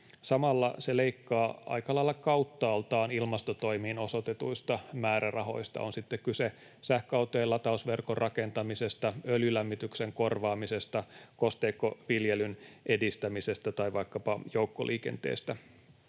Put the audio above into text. Samalla se leikkaa aika lailla kauttaaltaan ilmastotoimiin osoitetuista määrärahoista, on sitten kyse sähköautojen latausverkon rakentamisesta, öljylämmityksen korvaamisesta, kosteikkoviljelyn edistämisestä tai vaikkapa joukkoliikenteestä.